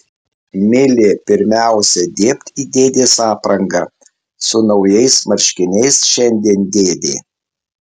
milė pirmiausia dėbt į dėdės aprangą su naujais marškiniais šiandien dėdė